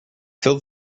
fill